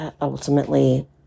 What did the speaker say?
ultimately